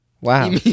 Wow